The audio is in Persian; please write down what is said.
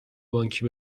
بانکی